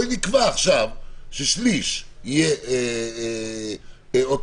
נקבע עכשיו ששליש יהיה אוטומטי,